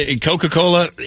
Coca-Cola